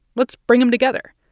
let's bring them together.